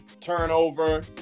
turnover